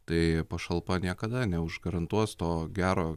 tai pašalpa niekada ne užgarantuos to gero